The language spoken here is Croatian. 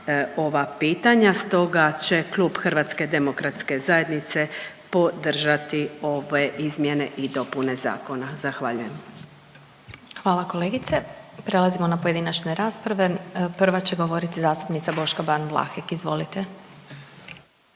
ova pitanja, stoga će klub HDZ-a podržati ove izmjene i dopune zakona. Zahvaljujem. **Glasovac, Sabina (SDP)** Hvala kolegice. Prelazimo na pojedinačne rasprave. Prva će govoriti zastupnica Boška Ban Vlahek, izvolite.